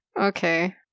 okay